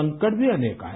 संकट भी अनेक आए